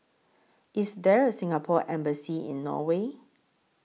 IS There A Singapore Embassy in Norway